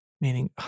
Meaning